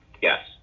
Yes